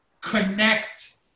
connect